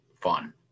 fun